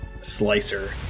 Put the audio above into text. Slicer